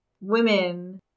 women